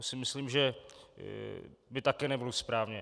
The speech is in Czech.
To si myslím, že by také nebylo správné.